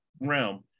realm